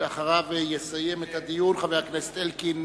אחריו יסיים את הדיון חבר הכנסת זאב אלקין,